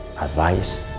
advice